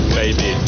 baby